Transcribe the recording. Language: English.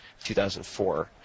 2004